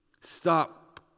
Stop